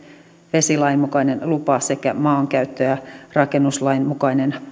vesilain mukainen lupa sekä maankäyttö ja rakennuslain mukainen